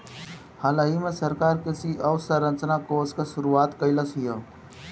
हालही में सरकार कृषि अवसंरचना कोष के शुरुआत कइलस हियअ